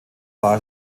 war